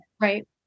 Right